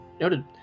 noted